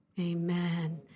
Amen